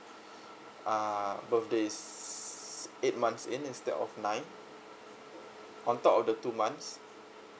uh birth day is eight months in instead of nine on top of the two months